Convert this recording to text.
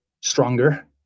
stronger